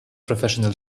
professional